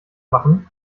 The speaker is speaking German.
machen